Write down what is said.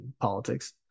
politics